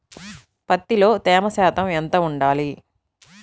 పత్తిలో తేమ శాతం ఎంత ఉండాలి?